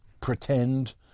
pretend